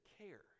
care